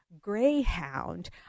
Greyhound